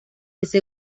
ese